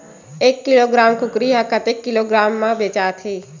एक किलोग्राम कुकरी ह कतेक किलोग्राम म बेचाथे?